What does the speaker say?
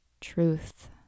truth